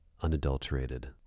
unadulterated